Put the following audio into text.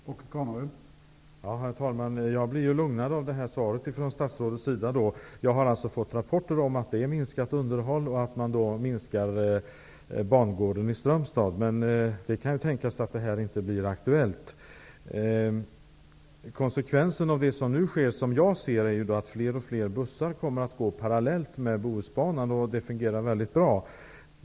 Herr talman! Jag blir lugnare av detta svar från statsrådet. Jag har alltså fått rapporter om att det handlar om minskat underhåll och att man minskar bangården i Strömstad. Men det kan tänkas att detta inte blir aktuellt. Som jag ser det, är konsekvensen av det som nu sker att fler och fler bussar kommer att gå parallellt med Bohusbanan och att det fungerar mycket bra.